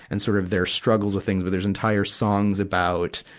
and sort of their struggles with things. but there's entire songs about,